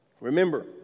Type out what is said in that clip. Remember